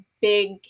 big